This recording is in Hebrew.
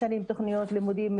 משנים תוכניות לימודים,